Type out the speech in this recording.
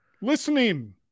Listening